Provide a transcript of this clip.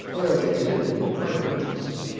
or the activity of private interest.